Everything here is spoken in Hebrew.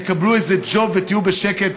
תקבלו איזה ג'וב ותהיו בשקט,